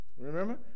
Remember